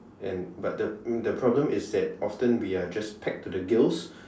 and but the the problem is that often we are just packed to the gills